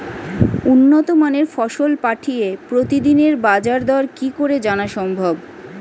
উন্নত মানের ফসল পাঠিয়ে প্রতিদিনের বাজার দর কি করে জানা সম্ভব?